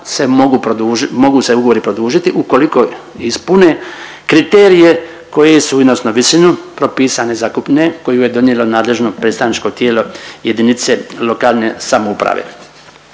mogu se ugovori produžiti ukoliko ispune kriterije koji su odnosno visinu propisane zakupnine koju je donijelo nadležno predstavničko tijelo JLS. Kad govorimo